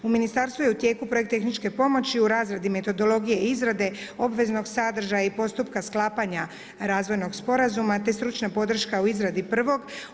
U ministarstvu je u tijeku projekt tehničke pomoći, u razradi metodologije izrade obveznog sadržaja i postupka sklapanja razvojnog sporazuma te stručna podrška u izradi prvog.